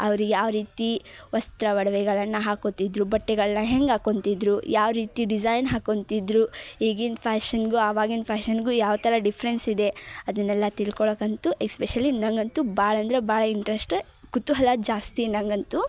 ಅವರು ಯಾವ ರೀತಿ ವಸ್ತ್ರ ಒಡವೆಗಳನ್ನು ಹಾಕೊತಿದ್ದರು ಬಟ್ಟೆಗಳನ್ನು ಹೆಂಗೆ ಹಾಕೊತಿದ್ದರು ಯಾವ ರೀತಿ ಡಿಝೈನ್ ಹಾಕೊತಿದ್ದರು ಈಗಿನ ಫ್ಯಾಶನ್ಗು ಆವಾಗಿನ ಫ್ಯಾಶನ್ಗು ಯಾವ್ಥರ ಡಿಫ್ರೆನ್ಸ್ ಇದೆ ಅದನ್ನೆಲ್ಲ ತಿಳ್ಕೊಳಕ್ಕಂತೂ ಎಸ್ಪೆಶಲಿ ನನಗಂತೂ ಭಾಳ ಅಂದರೆ ಭಾಳ ಇಂಟ್ರೆಸ್ಟು ಕುತೂಹಲ ಜಾಸ್ತಿ ನನಗಂತೂ